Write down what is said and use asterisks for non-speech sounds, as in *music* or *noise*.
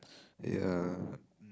*breath* ya mm